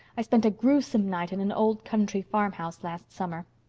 i spent a gruesome night in an old country farmhouse last summer.